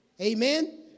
Amen